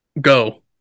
go